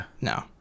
No